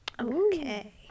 Okay